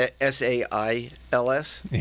S-A-I-L-S